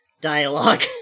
dialogue